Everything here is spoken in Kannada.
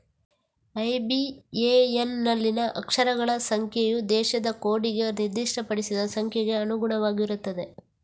ಐ.ಬಿ.ಎ.ಎನ್ ನಲ್ಲಿನ ಅಕ್ಷರಗಳ ಸಂಖ್ಯೆಯು ದೇಶದ ಕೋಡಿಗೆ ನಿರ್ದಿಷ್ಟಪಡಿಸಿದ ಸಂಖ್ಯೆಗೆ ಅನುಗುಣವಾಗಿರುತ್ತದೆ